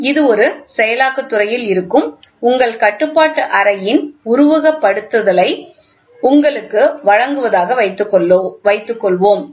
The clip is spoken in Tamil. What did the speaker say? இது ஒரு செயலாக்கத் துறையில் இருக்கும் உங்கள் கட்டுப்பாட்டு அறையின் உருவகப்படுத்துதலை உங்களுக்கு வழங்குவதாக வைத்துக்கொள்வோம்